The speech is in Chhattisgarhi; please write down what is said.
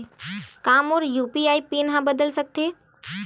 का मोर यू.पी.आई पिन बदल सकथे?